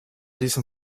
diesem